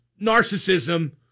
narcissism